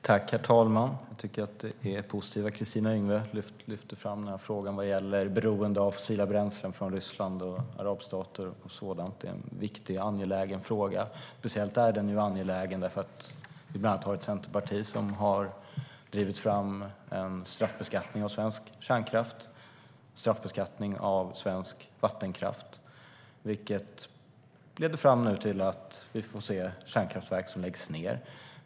Herr talman! Jag tycker att det är positivt att Kristina Yngwe lyfter fram frågan om beroende av fossila bränslen från Ryssland, arabstater och så vidare. Det är en angelägen fråga, speciellt därför att Centerpartiet har drivit fram en straffbeskattning av svensk kärnkraft och svensk vattenkraft, vilket leder till att kärnkraftverk läggs ned.